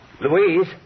Louise